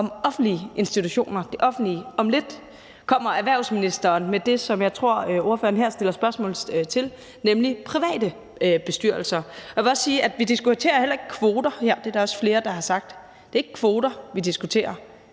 om offentlige institutioner. Om lidt kommer erhvervsministeren med det forslag, som jeg tror ordføreren her stiller spørgsmål om, nemlig de private bestyrelser. Jeg vil også sige, at vi heller ikke diskuterer kvoter her. Det er der også flere der har sagt. Det er ikke kvoter, vi diskuterer,